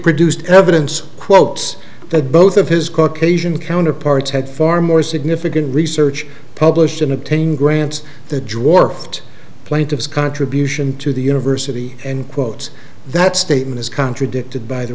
produced evidence quotes that both of his caucasian counterparts had far more significant research published in obtaining grants that draw worked plaintiffs contribution to the university and quotes that statement is contradicted by the